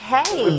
Hey